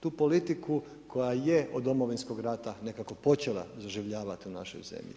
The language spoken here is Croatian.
Tu politiku, koja je od Domovinskog rata nekako počela zaživljavati u našoj zemlji.